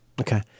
okay